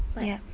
but